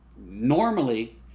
normally